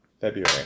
February